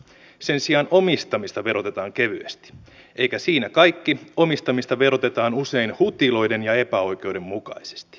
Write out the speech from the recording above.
sen sijaan omistamista verotetaan kevyesti eikä siinä kaikki omistamista verotetaan usein hutiloiden ja epäoikeudenmukaisesti